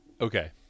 Okay